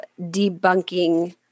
debunking